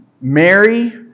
Mary